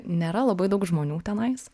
nėra labai daug žmonių tenais